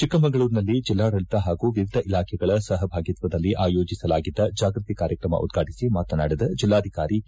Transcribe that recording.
ಚಿಕ್ಕಮಗಳೂರಿನಲ್ಲಿ ಜಿಲ್ಲಾಡಳಿತ ಹಾಗೂ ವಿವಿಧ ಇಲಾಖೆಗಳ ಸಹಭಾಗಿತ್ವದಲ್ಲಿ ಆಯೋಜಿಸಲಾಗಿದ್ದ ಜಾಗೃತಿ ಕಾರ್ಯಕ್ರಮ ಉದ್ರಾಟಸಿ ಮಾತನಾಡಿದ ಜಲ್ಲಾಧಿಕಾರಿ ಕೆ